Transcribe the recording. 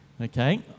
okay